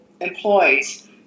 employees